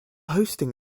hosting